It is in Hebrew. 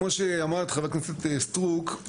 כמו שאמרת חה"כ סטרוק,